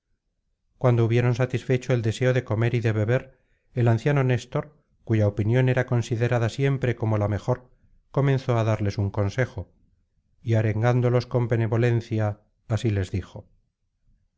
cuando hubieron satisfecho el deseo de comer y de beber el anciano néstor cuya opinión era considerada siempre como la mejor comenzó á darles un consejo y arengándolos con benevolencia así les dijo